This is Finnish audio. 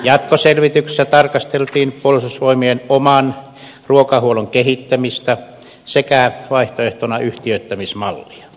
jatkoselvityksessä tarkasteltiin puolustusvoimien oman ruokahuollon kehittämistä sekä vaihtoehtona yhtiöittämismallia